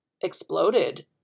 exploded